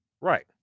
Right